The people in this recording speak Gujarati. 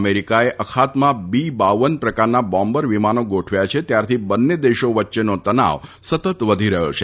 અમેરિકાએ અખાતમાં બી પર પ્રકારના બોમ્બર વિમાનો ગોઠવ્યા છે ત્યારથી બંને દેશો વચ્ચેનો તનાવ સતત વધી રહ્યો છે